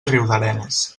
riudarenes